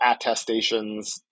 attestations